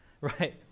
right